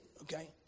okay